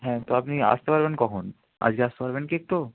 হ্যাঁ তো আপনি আসতে পারবেন কখন আজকে আসতে পারবেন কি একটু